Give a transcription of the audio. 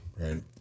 right